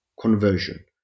conversion